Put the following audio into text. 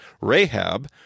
Rahab